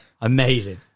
Amazing